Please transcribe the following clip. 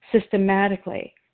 systematically